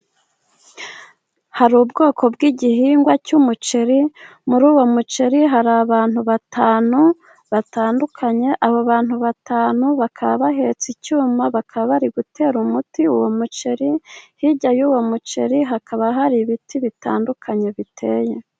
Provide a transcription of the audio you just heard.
Hari ubwoko bw'igihingwa cy'umuceri. Muri uwo muceri hari abantu batanu batandukanye. Aba bantu batanu bakaba bahetse icyuma, bakaba bari gutera umuti uwo muceri. Hirya y'uwo muceri hakaba hari ibiti bitandukanye biteye.